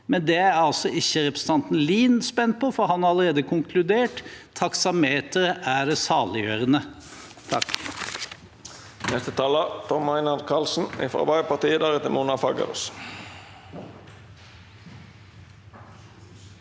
men det er altså ikke representanten Lien spent på. Han har allerede konkludert: Taksameteret er det saliggjørende. Tom